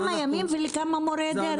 כמה ימים ולכמה מורי דרך?